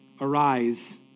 arise